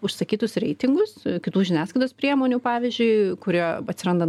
užsakytus reitingus kitų žiniasklaidos priemonių pavyzdžiui kurie atsiranda